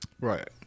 Right